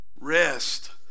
Rest